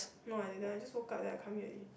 no I didn't I just woke up then I come here already